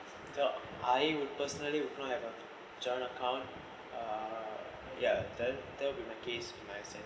so I would personally would not have a joint account uh ya then that'll be my case in my sense